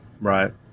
Right